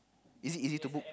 is it easy to book